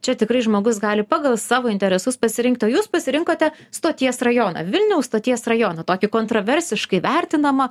čia tikrai žmogus gali pagal savo interesus pasirinkt o jūs pasirinkote stoties rajoną vilniaus stoties rajoną tokį kontroversiškai vertinamą